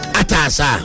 atasa